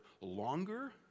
longer